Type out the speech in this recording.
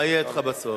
מה יהיה אתך בסוף?